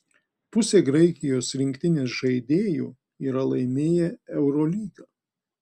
pusė graikijos rinktinės žaidėjų yra laimėję eurolygą